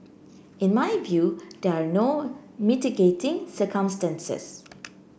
in my view there are no mitigating circumstances